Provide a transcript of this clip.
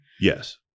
Yes